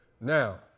now